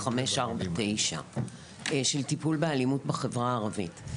ואפשר וצריך לדבר על היעדר לשכות תעסוקה בחברה הערבית,